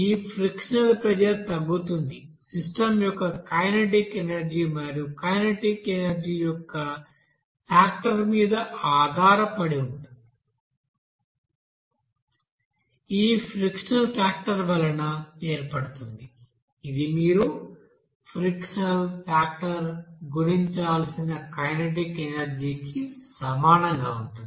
ఈ frictional pressure తగ్గుతుంది system యొక్క కైనెటిక్ ఎనర్జీ మరియు కైనెటిక్ ఎనర్జీ యొక్క ఫాక్టర్ మీద ఆధారపడి ఉంటుంది ఈ ఫ్రిక్షనల్ ఫాక్టర్ వలన ఏర్పడుతుంది ఇది మీరు ఫ్రిక్షనల్ ఫాక్టర్ గుణించాల్సిన కైనెటిక్ ఎనర్జీకి సమానంగా ఉంటుంది